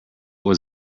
was